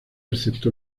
excepto